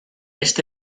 este